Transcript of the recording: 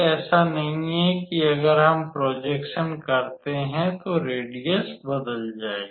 ऐसा नहीं है कि अगर हम प्रोजेक्सन करते हैं तो रेडियस बदल जाएगी